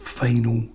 final